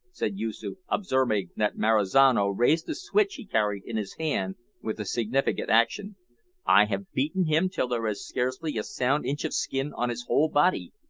said yoosoof, observing that marizano raised the switch he carried in his hand with a significant action i have beaten him till there is scarcely a sound inch of skin on his whole body,